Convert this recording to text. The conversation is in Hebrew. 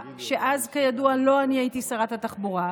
שאז כידוע לא אני הייתי שרת התחבורה,